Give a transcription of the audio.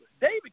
David